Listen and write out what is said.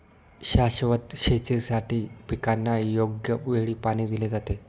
शाश्वत शेतीसाठी पिकांना योग्य वेळी पाणी दिले जाते